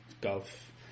golf